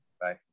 Bye